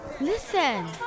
listen